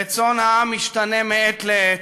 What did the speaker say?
רצון העם משתנה מעת לעת,